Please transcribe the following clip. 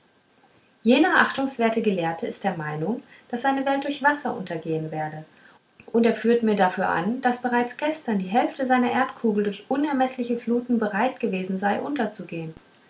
jener achtungswerte gelehrte ist der meinung daß seine welt durch wasser untergehen werde und er führt mir dafür an daß bereits gestern die hälfte seiner erdkugel durch unermeßliche fluten bereit gewesen sei unterzugehen